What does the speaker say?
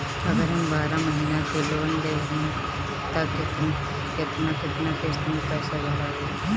अगर हम बारह महिना के लोन लेहेम त केतना केतना किस्त मे पैसा भराई?